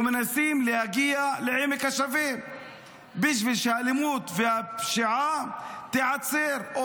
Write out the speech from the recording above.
ומנסים להגיע לעמק השווה בשביל שהאלימות והפשיעה ייעצרו,